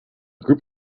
group